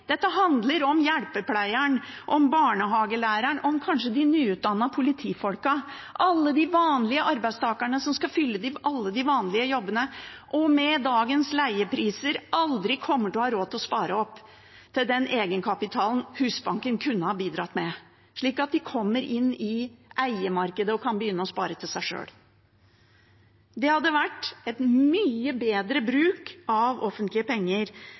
Dette handler om hjelpepleieren, om barnehagelæreren, kanskje om de nyutdannede politifolkene – alle de vanlige arbeidstakerne som skal fylle alle de vanlige jobbene, og som, med dagens leiepriser, aldri kommer til å ha råd til å spare opp den egenkapitalen som Husbanken kunne ha bidratt med, slik at de kunne ha kommet inn i eiemarkedet og kunne ha begynt å spare til seg sjøl. Det hadde vært en mye bedre bruk av offentlige penger